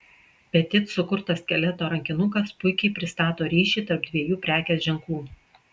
petit sukurtas skeleto rankinukas puikiai pristato ryšį tarp dviejų prekės ženklų